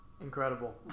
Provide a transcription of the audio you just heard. Incredible